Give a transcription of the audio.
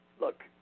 look